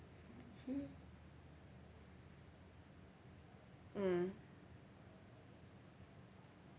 is it mm